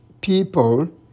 people